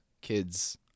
kids